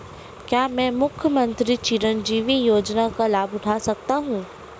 क्या मैं मुख्यमंत्री चिरंजीवी योजना का लाभ उठा सकता हूं?